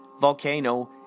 volcano